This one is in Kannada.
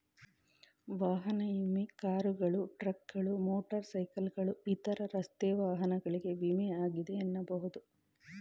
ವಾಹನ ವಿಮೆ ಕಾರುಗಳು, ಟ್ರಕ್ಗಳು, ಮೋಟರ್ ಸೈಕಲ್ಗಳು ಇತರ ರಸ್ತೆ ವಾಹನಗಳಿಗೆ ವಿಮೆ ಆಗಿದೆ ಎನ್ನಬಹುದು